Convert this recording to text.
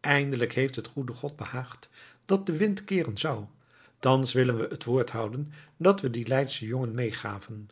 eindelijk heeft het gode behaagd dat de wind keeren zou thans willen we het woord houden dat we dien leidschen jongen meegaven